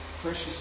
precious